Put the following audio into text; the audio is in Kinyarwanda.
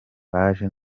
baje